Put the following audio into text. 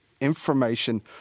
information